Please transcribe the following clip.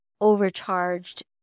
overcharged